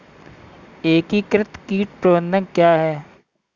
एकीकृत कीट प्रबंधन क्या है?